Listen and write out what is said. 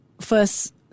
first